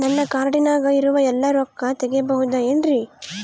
ನನ್ನ ಕಾರ್ಡಿನಾಗ ಇರುವ ಎಲ್ಲಾ ರೊಕ್ಕ ತೆಗೆಯಬಹುದು ಏನ್ರಿ?